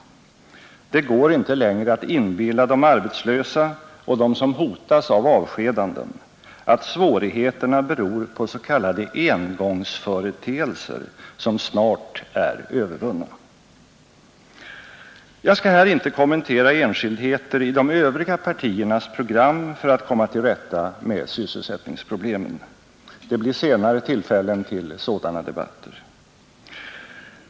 Det går inte längre att inbilla de arbetslösa och dem som hotas av avskedanden att svårigheterna beror på s.k. engångsföreteelser, som snart är övervunna. Jag skall här inte kommentera enskildheter i de övriga partiernas program för att komma till rätta med sysselsättningsproblemen. Det blir senare tillfälle till sådana debatter.